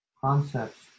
concepts